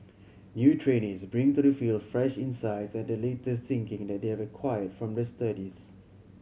new trainees bring to the field fresh insights and the latest thinking that they have acquired from their studies